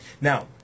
Now